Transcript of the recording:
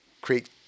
create